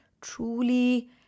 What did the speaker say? truly